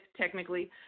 technically